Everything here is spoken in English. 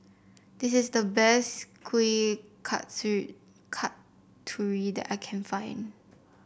this is the best Kuih Kasturi that I can find